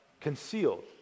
concealed